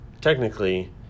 Technically